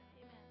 Amen